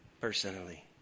personally